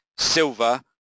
silver